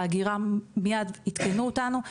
ההגירה מיד עדכנו אותנו,